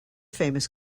famous